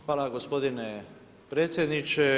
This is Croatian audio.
Hvala gospodine predsjedniče.